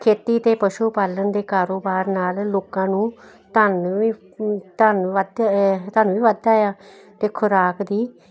ਖੇਤੀ ਤੇ ਪਸ਼ੂ ਪਾਲਣ ਦੇ ਕਾਰੋਬਾਰ ਨਾਲ ਲੋਕਾਂ ਨੂੰ ਧਨ ਵੀ ਧਨ ਵੱਧ ਧੰਨ ਵੀ ਵੱਧਦਾ ਆ ਤੇ ਖੁਰਾਕ ਦੀ